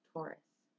Taurus